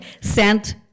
sent